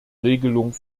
regelung